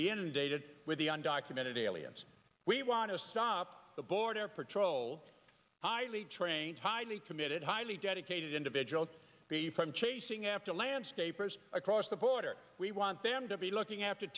be inundated with the undocumented aliens we want to stop the border patrol highly trained highly committed highly dedicated individuals from chasing after landscapers across the border we want them to be looking after